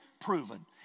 proven